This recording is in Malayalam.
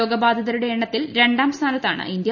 രോഗബാധിതരുടെ എണ്ണത്തിൽ രണ്ടാം സ്ഥാനത്താണ് ഇന്ത്യ